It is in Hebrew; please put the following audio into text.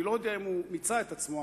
אני לא יודע אם הוא מיצה את עצמו,